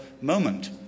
moment